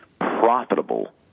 profitable